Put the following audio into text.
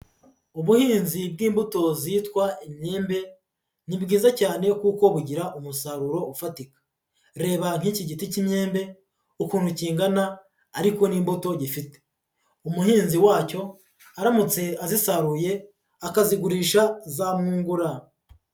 Ubuhinzi bw'imbuto zitwa imyembe ni bwiza cyane kuko bugira umusaruro ufatika. Reba nk'iki giti cy'imyembe, ukuntu kingana ariko n'imbuto gifite. Umuhinzi wacyo, aramutse azisaruye akazigurisha zamwungura.